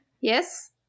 Yes